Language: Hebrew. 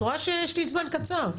את רואה שיש לי זמן קצר.